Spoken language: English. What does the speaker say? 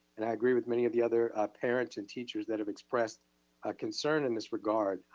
and i agree with many of the other parents and teachers that have expressed a concern in this regard.